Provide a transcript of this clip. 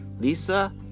Lisa